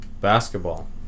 basketball